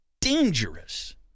dangerous